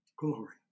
glory